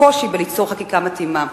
הקושי ליצור חקיקה מתאימה.